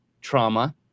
trauma